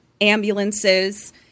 ambulances